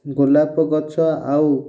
ଗୋଲାପ ଗଛ ଆଉ